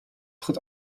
tritt